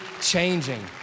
changing